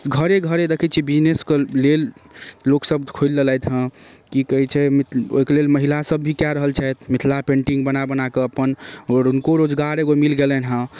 घरे घरे देखै छिए बिजनेसके लेल लोकसभ खोलि लेलथि हँ कि कहै छै ओहिके लेल महिलासभ भी कऽ रहल छथि मिथिला पेन्टिङ्ग बना बनाकऽ अपन आओर हुनको रोजगार एगो मिलि गेलनि हँ